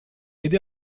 aidé